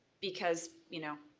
because, you know,